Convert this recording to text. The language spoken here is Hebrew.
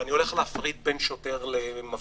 ואני הולך להפריד בין שוטר למפגין,